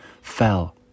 fell